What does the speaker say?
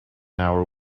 hour